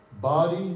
Body